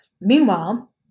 meanwhile